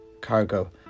cargo